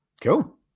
cool